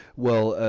well,